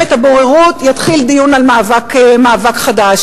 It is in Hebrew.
הבוררות יתחיל דיון על מאבק חדש.